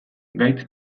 gaitz